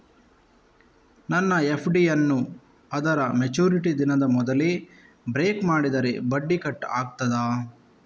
ನನ್ನ ಎಫ್.ಡಿ ಯನ್ನೂ ಅದರ ಮೆಚುರಿಟಿ ದಿನದ ಮೊದಲೇ ಬ್ರೇಕ್ ಮಾಡಿದರೆ ಬಡ್ಡಿ ಕಟ್ ಆಗ್ತದಾ?